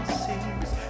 seas